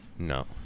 No